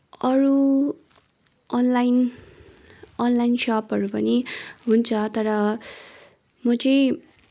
अरू online online सपहरू पनि हुन्छ तर म चाहिँ